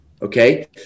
Okay